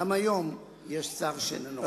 גם היום יש שר שאיננו חבר כנסת.